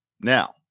Now